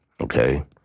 Okay